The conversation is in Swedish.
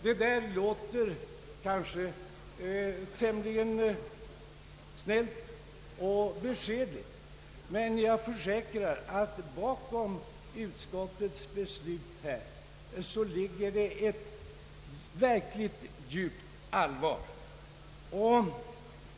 Det låter kanske tämligen snällt och beskedligt, men jag försäkrar att bakom utskottets beslut ligger verkligen ett djupt allvar.